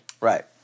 Right